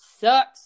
sucks